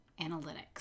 analytics